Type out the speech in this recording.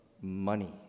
money